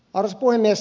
arvoisa puhemies